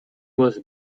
was